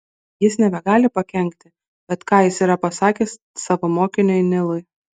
jis nebegali pakenkti bet ką jis yra pasakęs savo mokiniui nilui